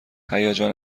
هیجان